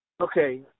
Okay